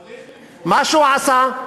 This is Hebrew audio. צריך למחוק.